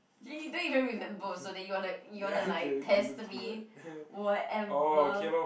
you don't even remember also then you wanna you wanna like test me whatever